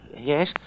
Yes